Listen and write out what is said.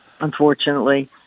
unfortunately